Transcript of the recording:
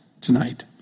tonight